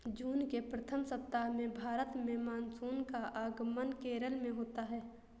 जून के प्रथम सप्ताह में भारत में मानसून का आगमन केरल में होता है